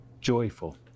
joyful